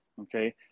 Okay